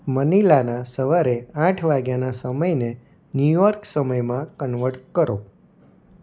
મનિલાના સવારે આઠ વાગ્યાના સમયને ન્યૂ યોર્ક સમયમાં કન્વટ કરો